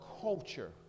culture